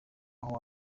aho